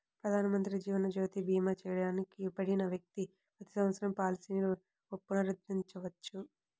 ప్రధానమంత్రి జీవన్ జ్యోతి భీమా చేయబడిన వ్యక్తి ప్రతి సంవత్సరం పాలసీని పునరుద్ధరించవచ్చు